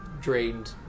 drained